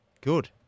Good